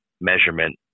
measurement